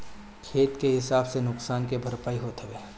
खेत के हिसाब से नुकसान के भरपाई होत हवे